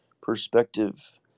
perspective